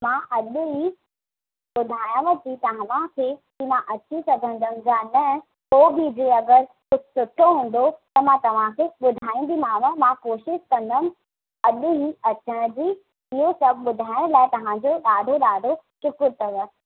मां अॼु ई ॿुधायंव थी तव्हांखे की मां अची सघंदमि या न पोइ बि जे अगरि कुझु सुठो हूंदो त मां तव्हांखे ॿुधाईंदीमाव मां कोशिशि कंदमि अॼु ई अचनि जी इहे सभु ॿुधाइण लाइ तव्हांजो ॾाढो ॾाढो शुक्र अथव